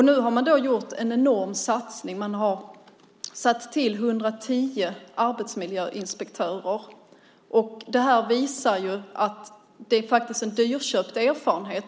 Nu har man gjort en enorm satsning. Man har tillsatt 110 arbetsmiljöinspektörer. Det visar att det faktiskt är en dyrköpt erfarenhet.